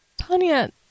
Tanya